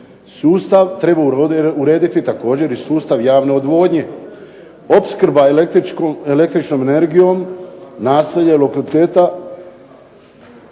Sustav treba urediti također i sustav javne odvodnje. Opskrba električnom energijom naselje lokaliteta